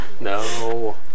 No